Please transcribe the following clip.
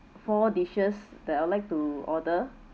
four dishes that I'd like to order